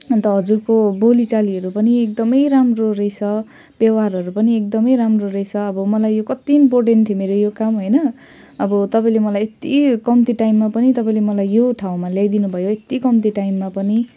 अन्त हजुरको बोलीचालीहरू पनि एकदमै राम्रो रहेछ व्यवहारहरू पनि एकदमै राम्रो रहेछ अब मलाई यो कत्ति इम्पोर्टेन्ट थियो मेरो यो काम होइन अब तपाईँले मलाई यत्ति कम्ती टाइममा पनि तपाईँले मलाई यो ठाउँमा ल्याइदिनु भयो यत्ति कम्ती टाइममा पनि